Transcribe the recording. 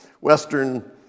Western